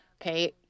okay